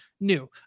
new